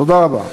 תודה רבה.